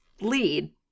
lead